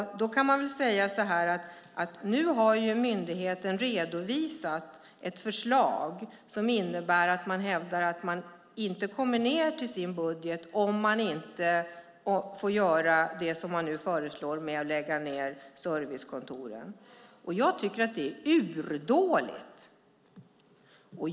Då kan man väl säga att myndigheten nu har redovisat ett förslag som innebär att den hävdar att den inte kommer ned till sin budget om den inte får göra det som den nu föreslår, nämligen lägga ned servicekontoren. Jag tycker att det är urdåligt.